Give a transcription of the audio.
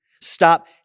Stop